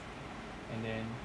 and then